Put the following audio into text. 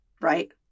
right